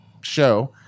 show